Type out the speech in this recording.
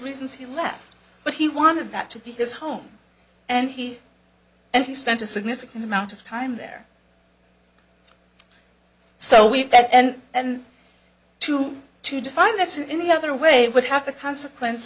reasons he left but he wanted that to be his home and he and he spent a significant amount of time there so we have that and then to to define this in any other way would have the consequence